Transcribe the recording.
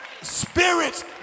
spirits